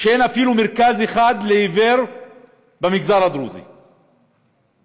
שאין אפילו מרכז אחד לעיוור במגזר הדרוזי ילד,